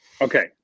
Okay